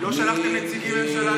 לא שלחתם נציגי ממשלה,